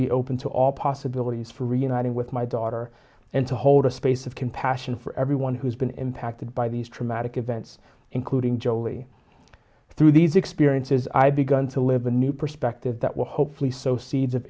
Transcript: be open to all possibilities for reuniting with my daughter and to hold a space of compassion for everyone who's been impacted by these traumatic events including jolie through these experiences i've begun to live a new perspective that will hopefully sow seeds of